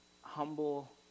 humble